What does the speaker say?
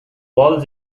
paul